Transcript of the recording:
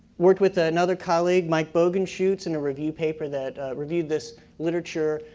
worked with ah another colleague, mike bogenschutz, in a review paper that reviewed this literature,